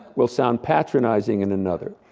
will sound patronizing in another.